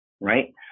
right